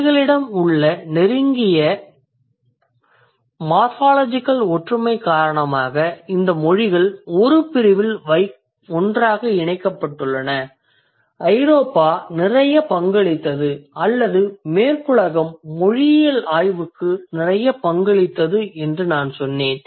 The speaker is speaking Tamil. அவைகளிடம் உள்ள நெருங்கிய மார்ஃபாலஜிகல் ஒற்றுமை காரணமாக இந்த மொழிகள் ஒரு பிரிவில் ஒன்றாக இணைக்கப்பட்டுள்ளன ஐரோப்பா நிறைய பங்களித்தது அல்லது மேற்குலகம் மொழியியல் ஆய்வுக்கு நிறைய பங்களித்தது என்று நான் சொன்னேன்